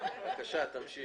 רוצה לברך